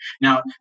Now